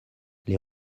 les